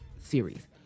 series